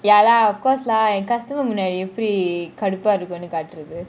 ya lah of course lah and customer முன்னாடி எப்பிடி கடுப்ப இருக்கும்னு காட்டுறது :munaadi epidi kadupa irukumnu kaaturathu